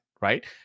right